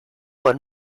por